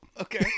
Okay